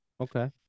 Okay